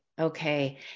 Okay